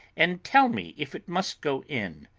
and tell me if it must go in.